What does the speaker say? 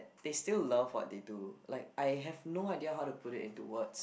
they still love what they do like I have no idea how to put it into words